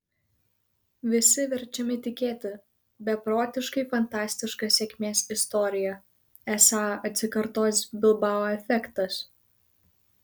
visi verčiami tikėti beprotiškai fantastiška sėkmės istorija esą atsikartos bilbao efektas